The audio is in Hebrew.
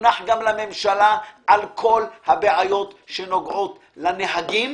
שהונח גם בפני הממשלה על כל הבעיות שנוגעות לנהגים